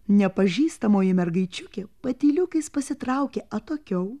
nepažįstamoji mergaičiukė patyliukais pasitraukė atokiau